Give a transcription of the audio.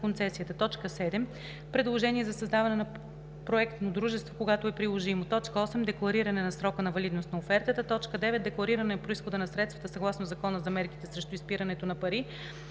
концесията; 7. предложение за създаване на проектно дружество, когато е приложимо; 8. деклариране на срока на валидност на офертата; 9. деклариране на произхода на средствата съгласно Закона за мерките срещу изпирането на пари.